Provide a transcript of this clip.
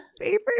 Favorite